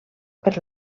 per